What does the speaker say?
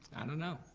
i don't know.